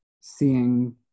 seeing